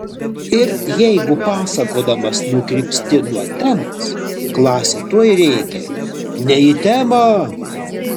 ir jeigu pasakodamas nukrypsti nuo temos klasė tuoj rėkia ne į temą